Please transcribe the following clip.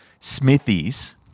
Smithies